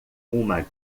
uma